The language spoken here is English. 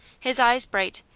his eyes bright,